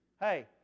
Hey